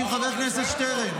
כמה --- חבר הכנסת שטרן.